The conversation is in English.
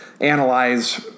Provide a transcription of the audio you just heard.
analyze